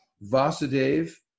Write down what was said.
vasudev